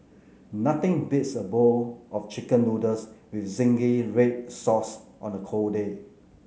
nothing beats a bowl of chicken noodles with zingy red sauce on a cold day